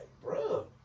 bro